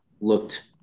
looked